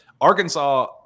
Arkansas